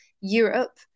Europe